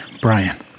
Brian